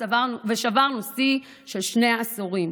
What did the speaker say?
ושברנו שיא של שני עשורים.